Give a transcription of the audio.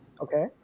Okay